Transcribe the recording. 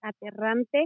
aterrante